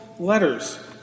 Letters